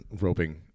roping